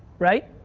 right?